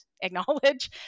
acknowledge